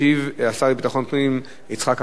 ישיב השר לביטחון פנים יצחק אהרונוביץ.